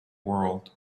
world